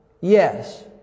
Yes